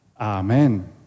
Amen